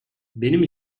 benim